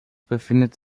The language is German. befindet